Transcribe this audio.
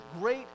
great